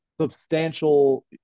substantial